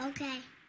Okay